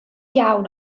iawn